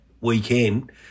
weekend